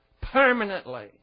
permanently